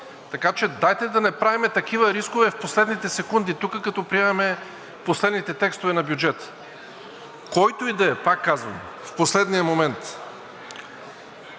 финансите. Дайте да не правим такива рискове в последните секунди тук, като приемаме последните текстове на бюджета – който и да е – пак казвам, в последния момент!